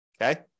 Okay